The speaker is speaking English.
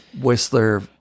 Whistler